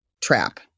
trap